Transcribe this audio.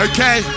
Okay